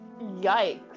Yikes